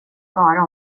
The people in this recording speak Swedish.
bara